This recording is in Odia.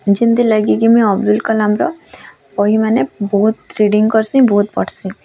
ଯେନ୍ତି ଲାଗିକି ମୁଇଁ ଅବଦୁଲ୍ କଲାମ୍ର ବହିମାନେ ବହୁତ୍ ରିଡ଼ିଙ୍ଗ୍ କର୍ସି ବହୁତ୍ ପଢ଼୍ସି